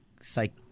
psych